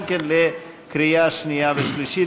גם כן לקריאה שנייה ושלישית.